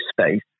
space